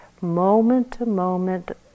moment-to-moment